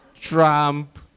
Trump